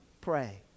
pray